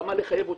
למה לחייב אותם?